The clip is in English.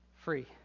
free